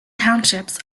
townships